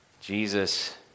Jesus